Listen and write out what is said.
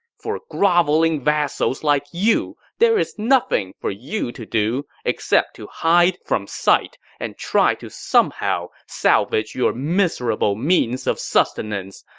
for groveling vassals like you, there is nothing for you to do except to hide from sight and try to somehow salvage your miserable means of sustenance.